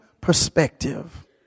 perspective